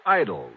idol